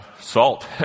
salt